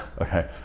okay